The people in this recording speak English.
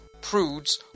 prudes